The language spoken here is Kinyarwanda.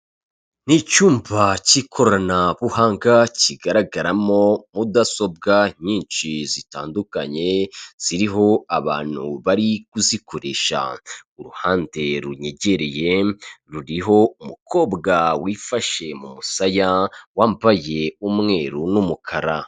ni icyumba cy'ikoranabuhanga kigaragaramo mudasobwa , nyinshi zitandukanye ziriho abantu bari kuzikoresha uruhande runyegereye ruriho umukobwa wifashe mu musaya wambaye umweru n'umukara .